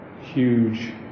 huge